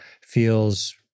feels